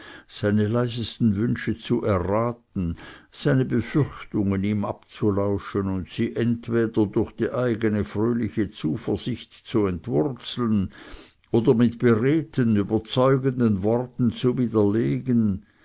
seine leisesten wünsche zu erraten seine befürchtungen ihm abzulauschen und sie entweder durch die eigene fröhliche zuversicht zu entwurzeln oder mit beredten überzeugenden worten zu widerlegen